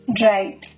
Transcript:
Right